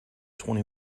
twenty